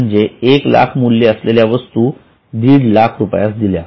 म्हणजे एक लाख मूल्य असलेल्या वस्तू दीड लाख रुपयास दिल्या